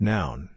Noun